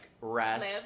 rest